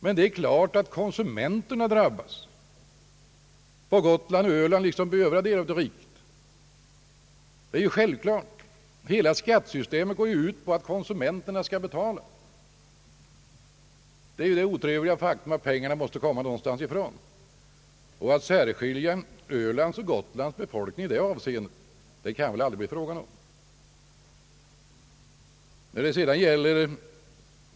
Det är självklart att konsumenterna drabbas på Gotland och Öland liksom i övriga delar av riket. Hela skattesystemet går ju ut på att konsumenterna skall betala. Det är ett otrevligt faktum att pengarna måste komma någonstans ifrån. Att särskilja Ölands och Gotlands befolkning i det avseendet kan det väl aldrig bli tal om.